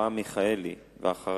חבר הכנסת אברהם מיכאלי, ואחריו,